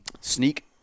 Sneak